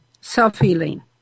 self-healing